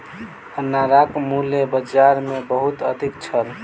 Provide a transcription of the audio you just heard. अनारक मूल्य बाजार मे बहुत अधिक छल